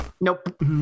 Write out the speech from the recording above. Nope